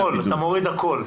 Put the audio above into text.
הכול, אתה מוריד הכול.